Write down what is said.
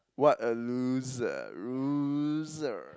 what a loser loser